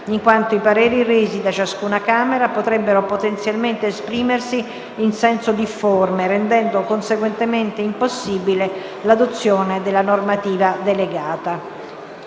in quanto i pareri resi da ciascuna Camera potrebbero potenzialmente esprimersi in senso difforme, rendendo conseguentemente impossibile l'adozione della normativa delegata.